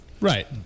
Right